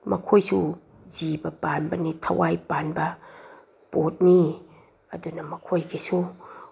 ꯃꯈꯣꯏꯁꯨ ꯖꯤꯕ ꯄꯥꯟꯕꯅꯤ ꯊꯋꯥꯏ ꯄꯥꯟꯕ ꯄꯣꯠꯅꯤ ꯑꯗꯨꯅ ꯃꯈꯣꯏꯒꯤꯁꯨ